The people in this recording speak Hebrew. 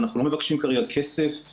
אנחנו לא מבקשים כרגע כסף ממש.